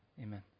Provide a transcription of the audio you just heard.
Amen